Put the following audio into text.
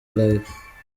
live